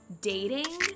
dating